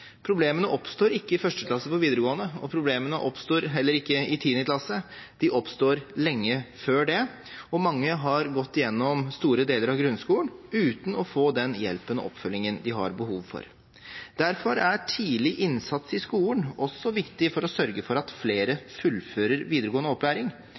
Problemene oppstår ikke i 1. klasse på videregående, og problemene oppstår heller ikke i 10. klasse. De oppstår lenge før det, og mange har gått gjennom store deler av grunnskolen uten å få den hjelpen og oppfølgingen de har behov for. Derfor er tidlig innsats i skolen også viktig for å sørge for at flere fullfører videregående opplæring.